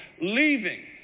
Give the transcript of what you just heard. Leaving